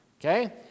Okay